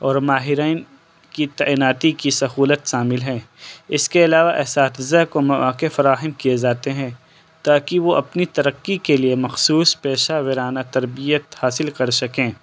اور ماہرین کی تعیناتی کی سہولت شامل ہیں اس کے علاوہ اساتذہ کو مواقع فراہم کئے جاتے ہیں تا کہ وہ اپنی ترقّی کے لیے مخصوص پیشہ ورانہ تربیت حاصل کر سکیں